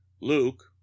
luke